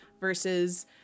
versus